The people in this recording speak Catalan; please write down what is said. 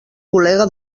col·lega